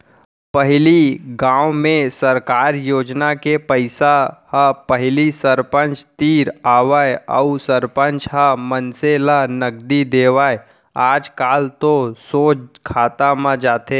पहिली गाँव में सरकार योजना के पइसा ह पहिली सरपंच तीर आवय अउ सरपंच ह मनसे ल नगदी देवय आजकल तो सोझ खाता म जाथे